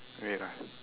wait ah